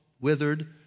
withered